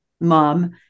mom